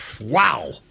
Wow